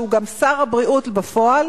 שהוא גם שר הבריאות בפועל,